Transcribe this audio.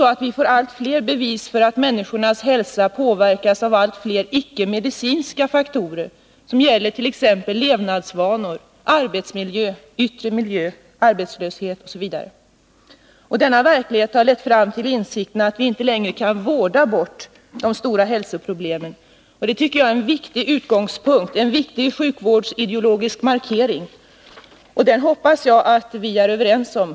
Vi får allt fler bevis för att människors hälsa påverkas av allt fler icke-medicinska faktorer, som gäller t.ex. levnadsvanor, arbetsmiljö, yttre miljö, arbetslöshet osv. Denna verklighet har lett fram till insikten att vi inte längre kan vårda bort de stora hälsoproblemen. Det tycker jag är en viktig utgångspunkt, en viktig sjukvårdsideologisk markering. Och den hoppas jag att vi är överens om.